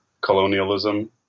colonialism